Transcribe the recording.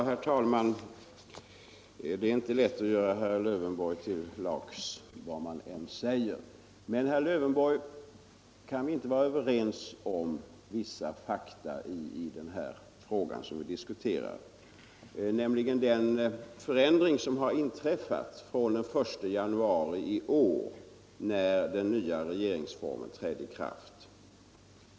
Herr talman! Det är inte lätt att göra herr Lövenborg till lags vad man än säger. Men, herr Lövenborg, kan vi inte vara överens om vissa fakta i den fråga som vi diskuterar, bl.a. att det har inträffat en förändring fr.o.m. den 1 januari i år när den nya regeringsformen trädde i kraft?